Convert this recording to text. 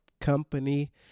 company